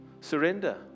surrender